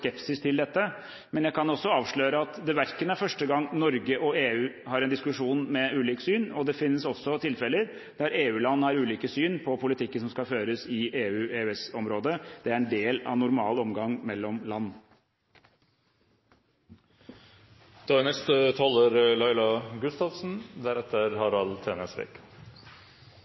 skepsis til dette, men jeg kan også avsløre at det ikke er første gang Norge og EU har en diskusjon med ulikt syn, og det finnes også tilfeller der EU-land har ulike syn på politikken som skal føres i EU/EØS-området. Det er en del av normal omgang mellom